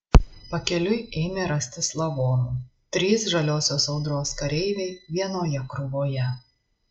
pakeliui ėmė rastis lavonų trys žaliosios audros kareiviai vienoje krūvoje